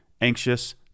Anxious